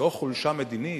זו חולשה מדינית?